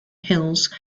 hills